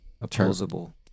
Opposable